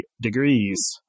degrees